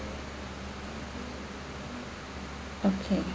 okay